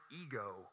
ego